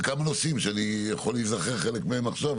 בכמה נושאים שאני יכול להיזכר חלק מהם עכשיו.